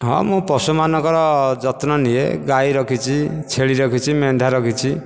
ହଁ ମୁଁ ପଶୁମାନଙ୍କର ଯତ୍ନ ନିଏ ଗାଈ ରଖିଛି ଛେଳି ରଖିଛି ମେଣ୍ଢା ରଖିଛି